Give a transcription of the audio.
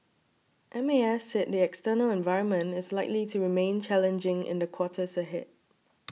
M A S said the external environment is likely to remain challenging in the quarters ahead